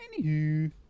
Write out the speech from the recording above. Anywho